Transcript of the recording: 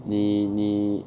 你你